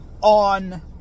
on